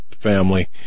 family